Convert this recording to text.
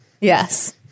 Yes